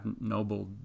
noble